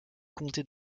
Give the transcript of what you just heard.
comté